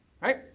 right